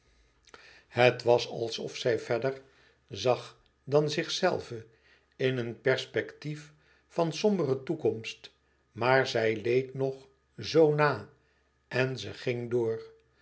het was of zij even verder zag dan zichzelve in een perspectief van sombere toekomst maar zij leed nog zoo na en ze ging door